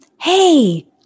Hey